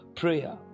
prayer